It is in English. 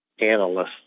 analysts